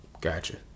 Gotcha